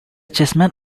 chessmen